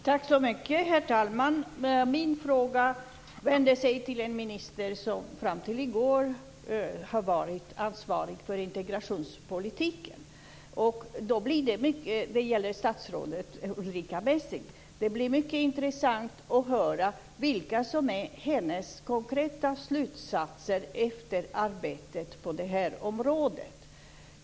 Herr talman! Min fråga vänder sig till den minister som fram till i går var ansvarig för integrationspolitiken, och det gäller statsrådet Ulrica Messing. Det ska bli mycket intressant att höra vilka som är hennes konkreta slutsatser efter arbetet på det här området.